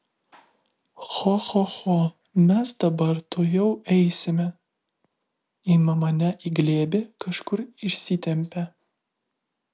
cho cho cho mes dabar tuojau eisime ima mane į glėbį kažkur išsitempia